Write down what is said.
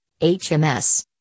HMS